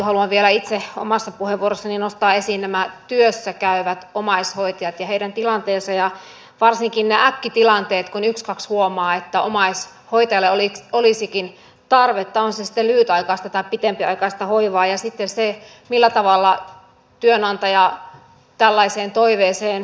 haluan vielä itse omassa puheenvuorossani nostaa esiin nämä työssä käyvät omaishoitajat ja heidän tilanteensa varsinkin ne äkkitilanteet kun yks kaks huomaa että omaishoitajalle olisikin tarvetta on se sitten lyhytaikaista tai pitempiaikaista hoivaa ja se millä tavalla työnantaja tällaiseen toiveeseen suhtautuu